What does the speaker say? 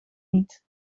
niet